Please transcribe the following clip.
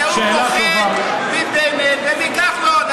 כי הוא פוחד מבנט ומכחלון.